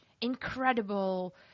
incredible